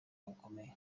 bukomeye